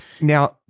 Now-